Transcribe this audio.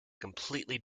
completely